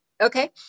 Okay